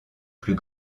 plus